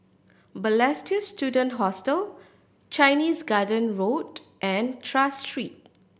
Balestier Student Hostel Chinese Garden Road and Tras Street